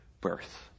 birth